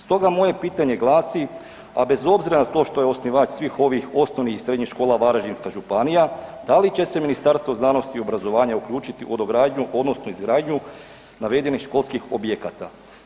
Stoga moje pitanje glasi, a bez obzira na to što je osnivač svih ovih osnovnih i srednjih škola Varaždinska županija, da li će se Ministarstvo znanosti i obrazovanja uključiti u dogradnju odnosno izgradnju navedenih školskih objekata?